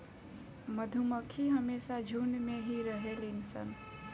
मधुमक्खी हमेशा झुण्ड में ही रहेली सन